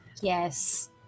Yes